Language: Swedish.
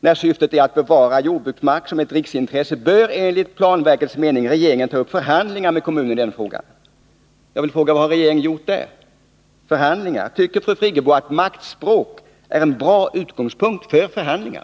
Då syftet är att bevara jordbruksmark, som är ett riksintresse, bör enligt planverkets mening regeringen ta upp förhandlingar med kommunen i denna fråga.” Jag vill fråga: Vad har regeringen gjort i det fallet? Här talades om förhandlingar. Tycker fru Friggebo att maktspråk är en bra utgångspunkt för förhandlingar?